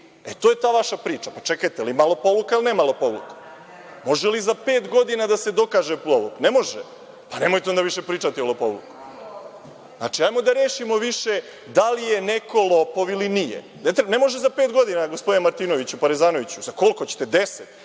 E, to je ta vaša priča. Pa, čekajte da li ima lopovluka ili nema lopovluka. Može li za pet godina da se dokaže lopovluk. Ne može? Pa, nemojte onda više pričati o lopovluku. Znači, hajde da rešimo više da li je neko lopov ili nije. Ne može za pet godina, gospodine Martinoviću, Parezanoviću, sa koliko ćete, sa